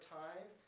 time